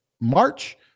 March